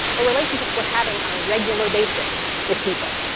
but relationships we're having on a regular basis with people.